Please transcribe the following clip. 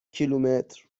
کیلومتر